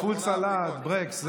ברקס?